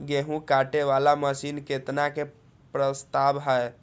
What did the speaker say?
गेहूँ काटे वाला मशीन केतना के प्रस्ताव हय?